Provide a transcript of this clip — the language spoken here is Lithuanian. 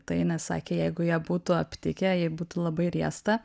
tai nes sakė jeigu jie būtų aptikę jai būtų labai riesta